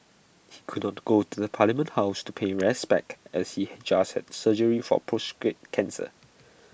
he could not go to the parliament house to pay respects as he just had surgery for prostate cancer